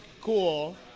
cool